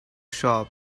shop